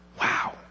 Wow